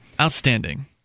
Outstanding